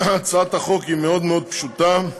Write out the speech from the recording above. היא מאוד מאוד פשוטה.